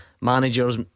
managers